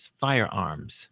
firearms